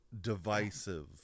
divisive